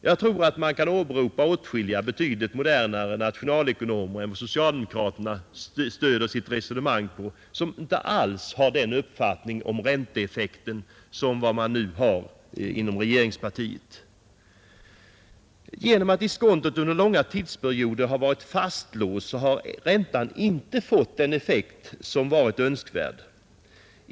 Jag tror att åtskilliga, betydligt modernare nationalekonomer än dem socialdemokraterna stöder sitt resonemang på inte alls har den uppfattningen om ränteeffekten som man nu har inom regeringspartiet. Genom att diskontot under långa tidsperioder varit fastlåst har räntan inte fått den effekt som varit önskvärd.